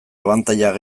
abantailak